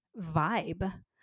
vibe